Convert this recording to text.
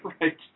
right